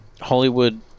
hollywood